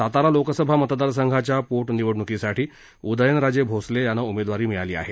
सातारा लोकसभा मतदारसंघाच्या पोटनिवडण्कीसाठी उदयनराजे भोसले यांना उमेदवारी दिली आहे